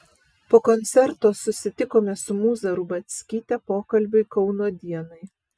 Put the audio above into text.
po koncerto susitikome su mūza rubackyte pokalbiui kauno dienai